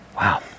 Wow